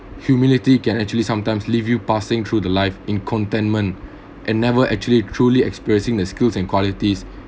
humility can actually sometimes leave you passing through the live in contentment and never actually truly experiencing the skills and qualities